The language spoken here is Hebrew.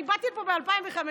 אני באתי לפה ב-2015,